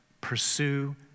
Pursue